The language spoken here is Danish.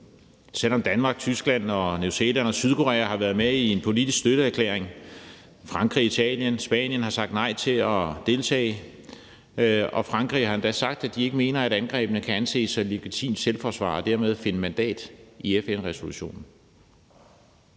EU-land. Danmark, Tyskland, New Zealand og Sydkorea har været med i en politisk støtteerklæring. Frankrig, Italien og Spanien har sagt nej til at deltage, og Frankrig har endda sagt, at de ikke mener, at angrebene kan anses som legitimt selvforsvar, så der dermed kunne findes mandat i FN-resolutionen.